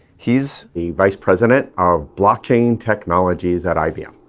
he's the vice president of blockchain technologies at ibm.